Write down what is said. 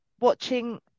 watching